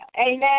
Amen